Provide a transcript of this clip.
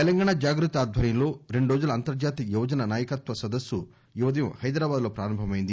తెలంగాణ జాగృతి ఆధ్వర్యంలో రెండు రోజుల అంతర్హాతీయ యువజన నాయకత్వ సదస్సు ఈ ఉదయం హైదరాబాద్లో ప్రారంభమైంది